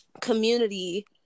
community